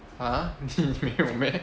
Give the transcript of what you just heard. !huh! 你没有 meh